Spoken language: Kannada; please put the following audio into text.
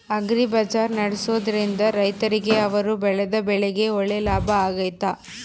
ಅಗ್ರಿ ಬಜಾರ್ ನಡೆಸ್ದೊರಿಂದ ರೈತರಿಗೆ ಅವರು ಬೆಳೆದ ಬೆಳೆಗೆ ಒಳ್ಳೆ ಲಾಭ ಆಗ್ತೈತಾ?